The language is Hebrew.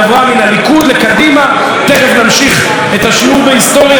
תכף נמשיך את השיעור בהיסטוריה ונראה לאן היא התקדמה עוד.